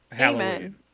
amen